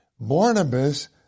Barnabas